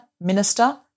Minister